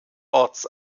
orts